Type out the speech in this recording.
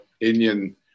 Indian